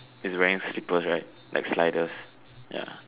is wearing slippers right like sliders ya